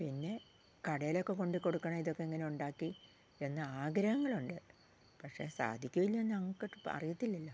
പിന്നെ കടയിൽ ഒക്കെ കൊണ്ട് കൊടുക്കണം ഇതൊക്കെ ഇങ്ങനെ ഉണ്ടാക്കി എന്ന് ആഗ്രഹങ്ങൾ ഉണ്ട് പക്ഷെ സാധിക്കുമോ ഇല്ലയോന്ന് ഞങ്ങൾക്ക് ഒട്ട് അറിയത്തില്ലല്ലോ